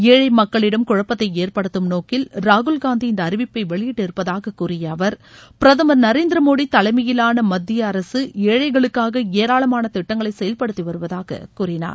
ஏழை மக்களிடம் குழப்பத்தை ஏற்படுத்தும் நோக்கில் ராகுல் வெளியிட்டிருப்பதாகக் கூறிய அவர் பிரதமர் நரேந்திர மோடி தலைமையிலாள மத்திய அரசு ஏழைகளுக்காக ஏராளமான திட்டங்களை செயல்படுத்தி வருவதாகக் கூறினார்